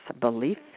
belief